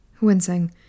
Wincing